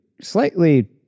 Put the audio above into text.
slightly